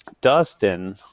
dustin